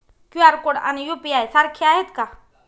QR code आणि UPI सारखे आहेत का?